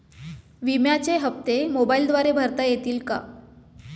विम्याचे हप्ते मोबाइलद्वारे भरता येतील का?